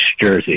Jersey